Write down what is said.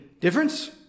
difference